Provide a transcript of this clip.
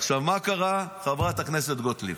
עכשיו מה קרה, חברת הכנסת גוטליב?